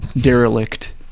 derelict